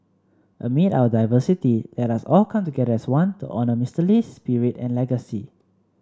amid our diversity let us all come together as one to honour Mister Lee's spirit and legacy